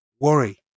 worry